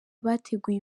bateguye